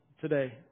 today